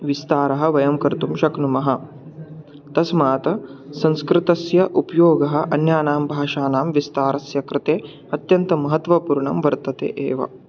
विस्तारं वयं कर्तुं शक्नुमः तस्मात् संस्कृतस्य उपयोगः अन्यासां भाषाणां विस्तारस्य कृते अत्यन्तं महत्त्वपूर्णं वर्तते एव